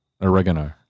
oregano